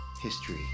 history